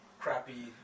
crappy